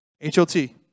H-O-T